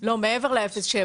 לא, מעבר ל-0.7.